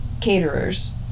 caterers